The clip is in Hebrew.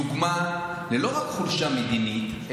דוגמה לא רק לחולשה מדינית,